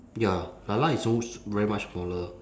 ya 啦啦 is those very much smaller